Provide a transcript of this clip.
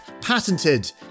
patented